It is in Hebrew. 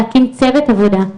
להקים צוות עבודה,